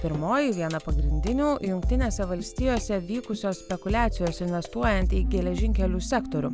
pirmoji viena pagrindinių jungtinėse valstijose vykusios spekuliacijos investuojant į geležinkelių sektorių